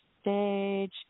stage